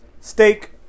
steak